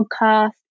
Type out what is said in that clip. podcast